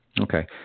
Okay